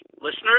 listeners